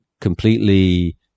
completely